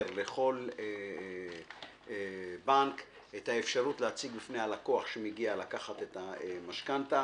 לכל בנק את האפשרות להציג לכל לקוח שמגיע לקחת את המשכנתה,